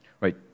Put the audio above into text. Right